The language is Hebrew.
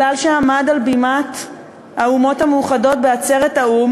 מפני שעמד על בימת האומות המאוחדות בעצרת האו"ם